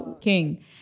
king